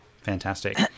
Fantastic